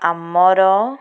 ଆମର